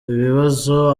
ibibazo